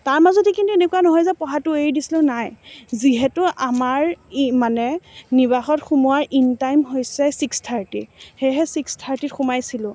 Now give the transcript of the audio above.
তাৰ মাজতে কিন্তু এনেকুৱা নহয় যে পঢ়াটো এৰি দিছিলোঁ নাই যিহেতু আমাৰ মানে নিবাসত সোমোৱাৰ ইন টাইম হৈছে চিক্স থাৰ্টী সেয়েহে চিক্স থাৰ্টীত সোমাইছিলোঁ